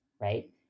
right